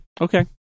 okay